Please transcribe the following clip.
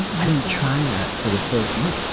i didn't try that for the first month.